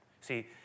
See